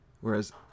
whereas